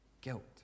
guilt